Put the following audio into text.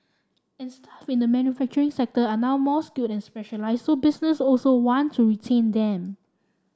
and staff in the manufacturing sector are now more skilled and specialised so businesses also want to retain them